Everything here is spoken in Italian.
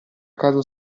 casa